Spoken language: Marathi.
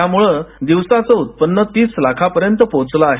त्यामुळे दिवसाचं उत्पन्न तीस लाखांपर्यंत पोहोचलं आहे